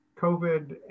COVID